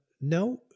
No